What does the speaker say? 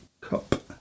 cup